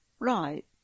Right